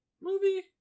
movie